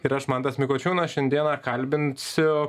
ir aš mantas mikočiūnas šiandieną kalbinsiu